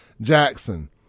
Jackson